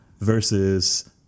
Versus